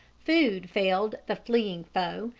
food failed the fleeing foe,